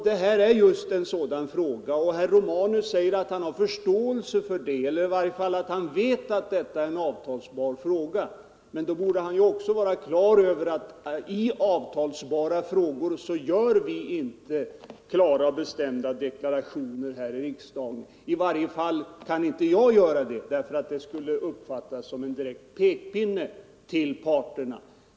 Det här är just ett sådant spörsmål, och herr Romanus säger också att han vet att det är en avtalsbar fråga. Men då borde han också vara på det klara med att regeringen i avtalsbara frågor inte gör bestämda deklarationer här i riksdagen. Jag kan i varje fall inte göra det, eftersom det skulle uppfattas som en direkt pekpinne till avtalsparterna.